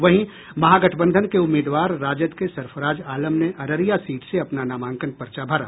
वहीं महागठबंधन के उम्मीदवार राजद के सरफराज आलम ने अररिया सीट से अपना नामांकन पर्चा भरा